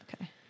Okay